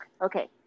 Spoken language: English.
Okay